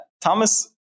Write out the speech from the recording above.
Thomas